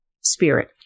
spirit